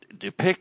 depict